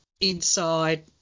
inside